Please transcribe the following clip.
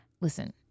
Listen